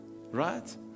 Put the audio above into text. right